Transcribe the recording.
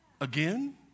again